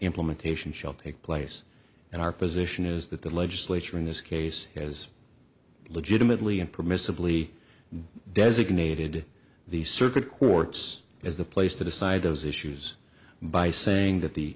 implementation shall take place and our position is that the legislature in this case has legitimately impermissibly designated the circuit courts as the place to decide those issues by saying that the